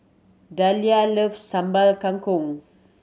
Dahlia love Sambal Kangkong